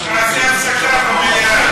אז נעשה הפסקה במליאה.